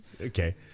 Okay